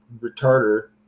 retarder